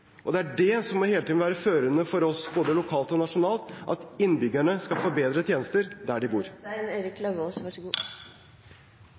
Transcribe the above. Det er det som hele tiden må være førende for oss, både lokalt og nasjonalt, at innbyggerne skal få bedre tjenester der de bor. Stein Erik Lauvås